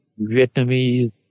Vietnamese